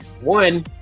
One